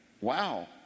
Wow